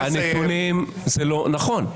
חברים, הנתונים לא נכונים.